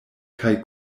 kaj